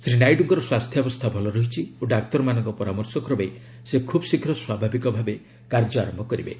ଶୀ ନାଇଡ଼ଙ୍କର ସ୍କାସ୍ଥ୍ୟାବସ୍ଥା ଭଲ ରହିଛି ଓ ଡାକ୍ତରମାନଙ୍କ ପରାମର୍ଶ କମେ ସେ ଖୁବ୍ ଶୀଘ୍ୟ ସ୍ୱାଭାବିକ ଭାବେ କାର୍ଯ୍ୟ ଆରନ୍ୟ କରିବେ